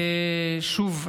שוב,